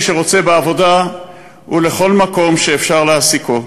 שרוצה בעבודה ולכל מקום שאפשר להעסיקו.